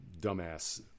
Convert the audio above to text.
dumbass